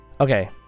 okay